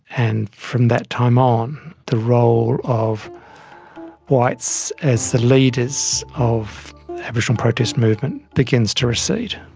and from that time on the role of whites as the leaders of aboriginal protest movement begins to recede.